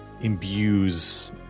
imbues